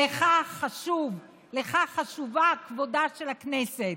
לך חשוב כבודה של הכנסת.